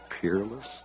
peerless